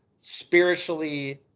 spiritually